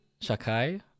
Shakai